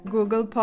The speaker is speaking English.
Google